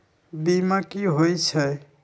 बीमा कि होई छई?